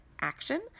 action